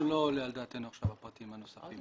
לא עולים על דעתנו עכשיו הפרטים הנוספים.